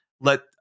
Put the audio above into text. let